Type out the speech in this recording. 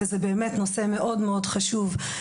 וזה באמת נושא מאוד מאוד חשוב,